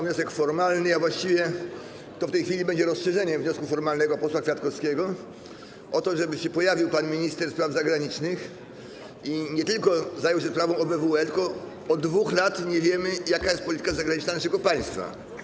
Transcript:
wniosek formalny, a właściwie to w tej chwili będzie rozszerzenie wniosku formalnego posła Kwiatkowskiego, o to, żeby się pojawił pan minister spraw zagranicznych i nie tylko zajął się sprawą OBWE, ale także tym - bo od 2 lat nie wiemy - jaka jest polityka zagraniczna naszego państwa.